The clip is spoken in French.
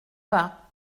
pas